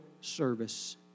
service